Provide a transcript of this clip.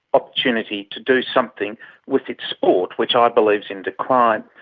opportunity to do something with its sport, which i believe is in decline.